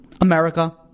America